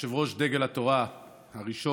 יושב-ראש דגל התורה הראשון,